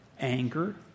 anger